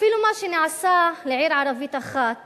אפילו מה שנעשה לעיר ערבית אחת